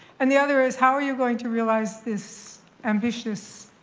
and the other is, how are you going to realize this ambitious,